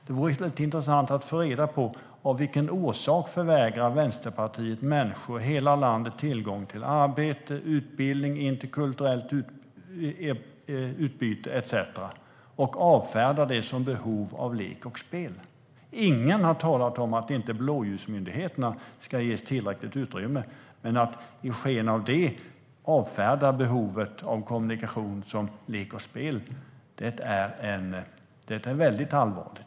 Det vore intressant att få reda på av vilken orsak Vänsterpartiet förvägrar människor i hela landet tillgång till arbete, utbildning, interkulturellt utbyte etcetera och avfärdar detta som behov av lek och spel. Ingen har talat om att inte blåljusmyndigheterna ska ges tillräckligt utrymme. Men att i sken av detta avfärda behovet av kommunikation som lek och spel är väldigt allvarligt.